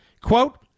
Quote